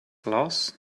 loss